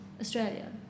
Australia